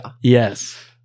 Yes